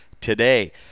today